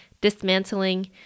dismantling